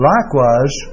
Likewise